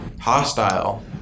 hostile